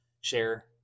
share